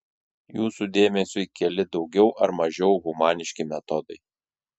jūsų dėmesiui keli daugiau ar mažiau humaniški metodai